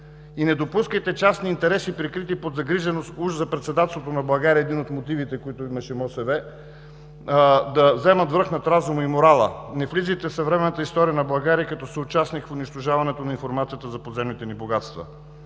Не допускайте частни интереси, прикрити под загриженост уж за председателството на България – един от мотивите, които имаше Министерството на околната среда и водите, да вземат връх над разума и морала. Не влизайте в съвременната история на България като съучастник в унищожаването на информацията за подземните ни богатства.